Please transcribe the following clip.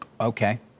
Okay